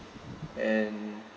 and